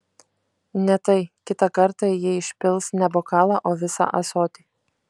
ne tai kitą kartą ji išpils ne bokalą o visą ąsotį